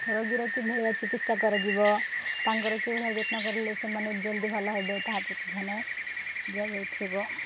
ରୋଗୀର କି ଭଳିଆ ଚିକିତ୍ସା କରାଯିବ ତାଙ୍କର କି ଭଳିଆ ଯତ୍ନ କରିଲେ ସେମାନେ ଜଲ୍ଦି ଭଲ ହେବେ ତାହା ପ୍ରତି ଧ୍ୟାନ ଦିଆଯାଇଥିବ